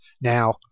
Now